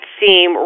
seem